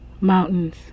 mountains